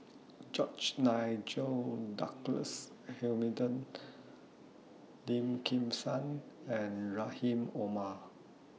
George Nigel Douglas Hamilton Lim Kim San and Rahim Omar